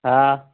हा